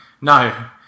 no